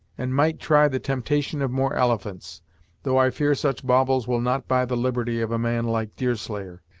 and might try the temptation of more elephants though i fear such baubles will not buy the liberty of a man like deerslayer.